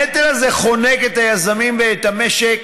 הנטל הזה חונק את היזמים ואת המשק,